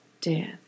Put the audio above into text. death